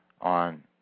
on